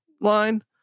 line